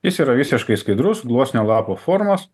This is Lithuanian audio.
jis yra visiškai skaidrus gluosnio lapo formos